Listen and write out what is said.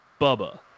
Bubba